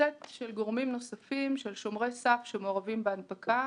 סט של גורמים נוספים של שומרי סף שמעורבים בהנפקה,